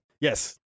Yes